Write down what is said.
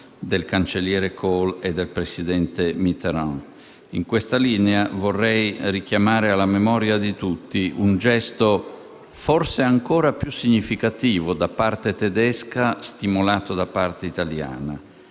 del cancelliere Kohl e del presidente Miterrand. Su questa linea, vorrei richiamare alla memoria di tutti un gesto forse ancora più significativo da parte tedesca, stimolato da parte italiana.